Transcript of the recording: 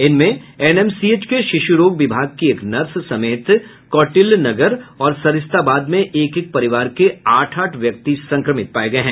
इनमें एनएमसीएच के शिशु रोग विभाग की एक नर्स समेत कौटिल्य नगर और सरिस्ताबाद में एक एक परिवार के आठ आठ व्यक्ति संक्रमित पाये गये हैं